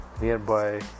nearby